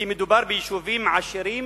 כי מדובר ביישובים עשירים